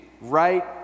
Right